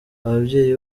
ababyeyi